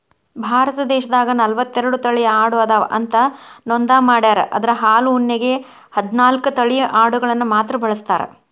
ಭಾರತ ದೇಶದಾಗ ನಲವತ್ತೆರಡು ತಳಿ ಆಡು ಅದಾವ ಅಂತ ನೋಂದ ಮಾಡ್ಯಾರ ಅದ್ರ ಹಾಲು ಉಣ್ಣೆಗೆ ಹದ್ನಾಲ್ಕ್ ತಳಿ ಅಡಗಳನ್ನ ಮಾತ್ರ ಬಳಸ್ತಾರ